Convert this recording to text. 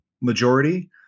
majority